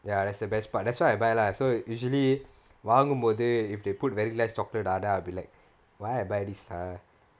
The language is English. ya that's the best part that's why I buy lah so usually வாங்கும் போது:vaangum pothu if they put very less chocolate ah then I'll be like why I buy this !aiya!